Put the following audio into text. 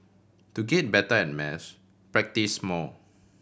to get better at maths practise more